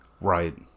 Right